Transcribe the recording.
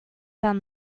down